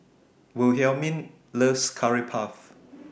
Wilhelmine loves Curry Puff